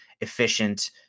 efficient